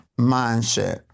mindset